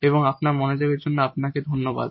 এবং আপনার মনোযোগের জন্য আপনাকে ধন্যবাদ